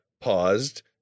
paused